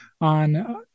on